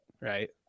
right